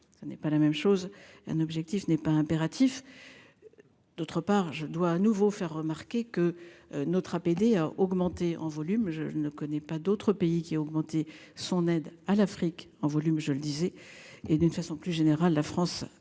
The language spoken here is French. ce n'est pas la même chose. Un objectif n'est pas impératif. D'autre part je dois à nouveau faire remarquer que notre APD a augmenté en volume. Je ne connais pas d'autres pays qui a augmenté son aide à l'Afrique en volume, je le disais et d'une façon plus générale, la France a augmenté